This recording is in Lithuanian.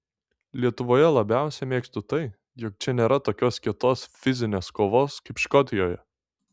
lietuvoje labiausiai mėgstu tai jog čia nėra tokios kietos fizinės kovos kaip škotijoje